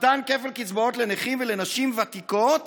מתן כפל קצבאות לנכים ולנשים ותיקות